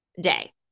day